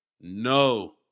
No